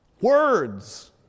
words